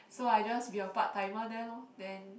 so I just be a part timer there lor then